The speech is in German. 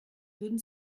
würden